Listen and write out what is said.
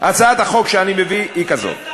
הצעת החוק שאני מביא היא כזאת.